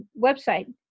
website